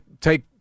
take